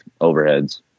overheads